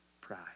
pride